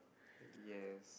yes